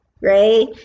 right